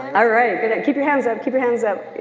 and alright, and and keep your hands up, keep your hands up